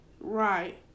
Right